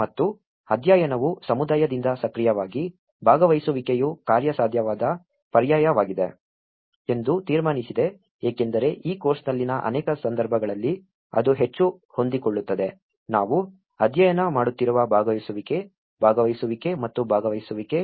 ಮತ್ತು ಅಧ್ಯಯನವು ಸಮುದಾಯದಿಂದ ಸಕ್ರಿಯವಾಗಿ ಭಾಗವಹಿಸುವಿಕೆಯು ಕಾರ್ಯಸಾಧ್ಯವಾದ ಪರ್ಯಾಯವಾಗಿದೆ ಎಂದು ತೀರ್ಮಾನಿಸಿದೆ ಏಕೆಂದರೆ ಈ ಕೋರ್ಸ್ನಲ್ಲಿನ ಅನೇಕ ಸಂದರ್ಭಗಳಲ್ಲಿ ಅದು ಹೆಚ್ಚು ಹೊಂದಿಕೊಳ್ಳುತ್ತದೆ ನಾವು ಅಧ್ಯಯನ ಮಾಡುತ್ತಿರುವ ಭಾಗವಹಿಸುವಿಕೆ ಭಾಗವಹಿಸುವಿಕೆ ಮತ್ತು ಭಾಗವಹಿಸುವಿಕೆ